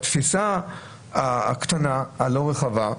בתפיסה הלא רחבה,